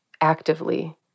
actively